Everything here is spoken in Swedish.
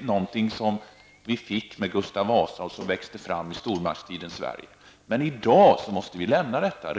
något som vi fick med Gustav Vasa och som växte fram i stormaktstidens Sverige. Men det måste vi gå ifrån i dag.